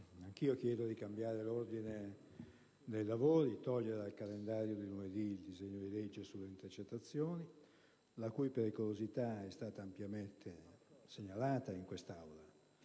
anch'io chiedo di cambiare il programma dei lavori e di togliere dal calendario di lunedì il disegno di legge sulle intercettazioni, la cui pericolosità è stata ampiamente segnalata in quest'Aula.